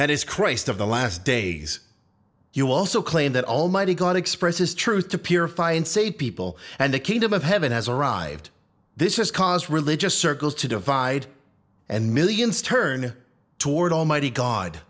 and as christ of the last days you also claim that almighty god expressed his truth to purify and save people and the kingdom of heaven has arrived this has caused religious circles to divide and millions turn toward almighty god